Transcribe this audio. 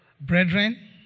Brethren